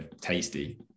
tasty